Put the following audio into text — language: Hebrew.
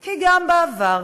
דרך אגב,